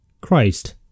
Christ